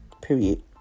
Period